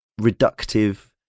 reductive